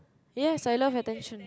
yes I love attention